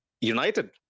United